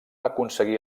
aconseguir